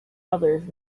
others